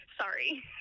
Sorry